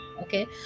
okay